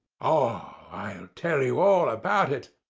ah, i'll tell you all about it.